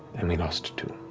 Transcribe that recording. and we lost two.